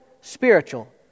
spiritual